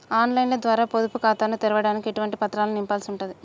On line ద్వారా పొదుపు ఖాతాను తెరవడానికి ఎటువంటి పత్రాలను నింపాల్సి ఉంటది?